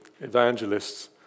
evangelists